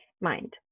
mind